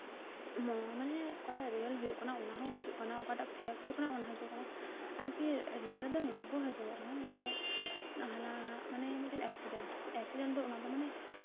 ᱢᱟᱱᱮ ᱚᱠᱟᱴᱟᱜ ᱨᱤᱭᱮᱞ ᱦᱩᱭᱩᱜ ᱠᱟᱱᱟ ᱚᱱᱟ ᱠᱚ ᱦᱤᱡᱩᱜ ᱠᱟᱱᱟ ᱚᱠᱟᱴᱟᱜ ᱯᱷᱮᱠ ᱦᱩᱭᱩᱜ ᱠᱟᱱᱟ ᱚᱱᱟᱦᱚᱸ ᱦᱤᱡᱩᱜ ᱠᱟᱱᱟ ᱟᱨᱠᱤ ᱨᱤᱭᱮᱞ ᱨᱮᱫᱚ ᱱᱚᱣᱟ ᱠᱚ ᱦᱤᱡᱩᱜᱚᱜ ᱠᱟᱱᱟ ᱡᱮ ᱦᱟᱱᱟ ᱢᱤᱫᱴᱮᱱ ᱮᱠᱥᱤᱰᱮᱱᱴ ᱮᱠᱥᱤᱰᱮᱱᱴ ᱫᱚ ᱚᱱᱟᱫᱚ ᱢᱟᱱᱮ